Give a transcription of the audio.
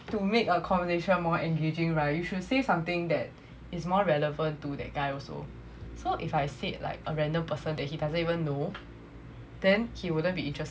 to make a conversation more engaging right you should say something that is more relevant to that guy also so if I said like a random person that he doesn't even though then he wouldn't be interested